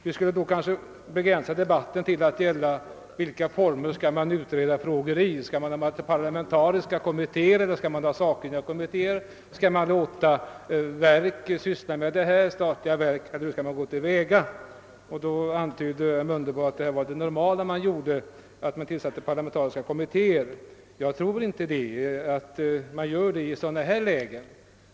Vi skulle kanske kunna begränsa debatten till att gälla i vilka former man skall utreda frågor: Skall man ha parlamentariska kommittéer eller skall man ha sakkunnigorgan, skall man låta statliga verk syssla med sådant eller hur skall man gå till väga? Herr Mundebo antydde att det normala var att man tillsatte parlamentariska kommittéer. Jag tror inte att man gör det i sådana här lägen.